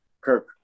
Kirk